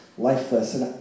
lifeless